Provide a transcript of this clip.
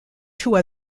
two